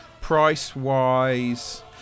price-wise